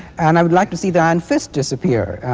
and i would like to see the iron fist disappear.